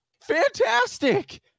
Fantastic